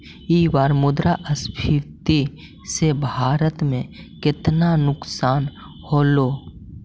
ई बार मुद्रास्फीति से भारत में केतना नुकसान होलो